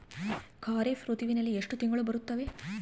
ಖಾರೇಫ್ ಋತುವಿನಲ್ಲಿ ಎಷ್ಟು ತಿಂಗಳು ಬರುತ್ತವೆ?